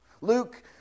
Luke